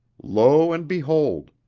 lo and behold!